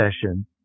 session